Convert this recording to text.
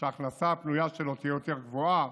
שההכנסה הפנויה שלו תהיה יותר גבוהה,